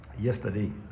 Yesterday